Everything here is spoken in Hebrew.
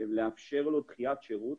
לאפשר לו דחיית שירות